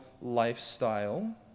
lifestyle